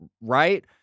right